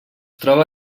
troba